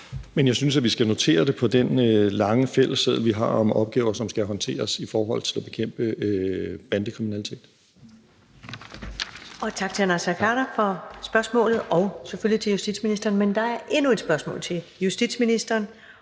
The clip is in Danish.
Men jeg synes, at vi skal notere det på den lange fælles seddel, vi har, over opgaver, som skal håndteres, i forhold til at bekæmpe bandekriminalitet.